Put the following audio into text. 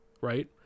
right